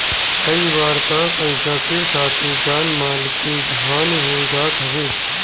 कई बार तअ पईसा के साथे जान माल के हानि हो जात हवे